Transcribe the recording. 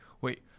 wait